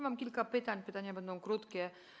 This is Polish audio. Mam kilka pytań, pytania będą krótkie.